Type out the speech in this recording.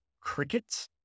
crickets